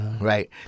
right